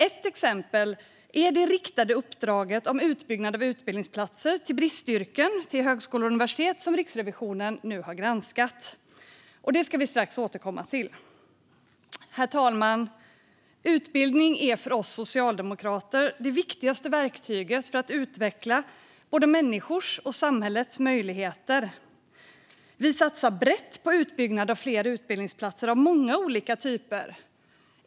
Ett exempel är det riktade uppdrag om utbyggnad av utbildningsplatser för bristyrken till högskolor och universitet som Riksrevisionen nu har granskat. Det ska vi strax återkomma till. Herr talman! Utbildning är för oss socialdemokrater det viktigaste verktyget för att utveckla både människors och samhällets möjligheter. Vi satsar brett på utbyggnad av fler utbildningsplatser av många olika typer.